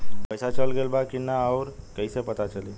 पइसा चल गेलऽ बा कि न और कइसे पता चलि?